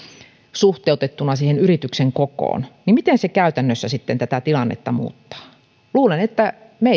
suhteutettuna siihen yrityksen kokoon käytännössä sitten tätä tilannetta muuttaa luulen että me